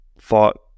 thought